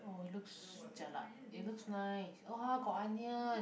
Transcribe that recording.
oh it looks jialat it looks nice !whoa! got onion